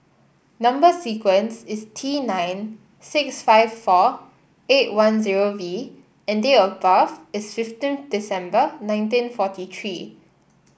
number sequence is T nine six five four eight one zero V and date of birth is fifteen December nineteen forty three